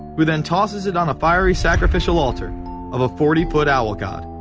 who then tosses it on a fiery sacrificial altar of a forty foot owl god.